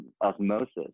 osmosis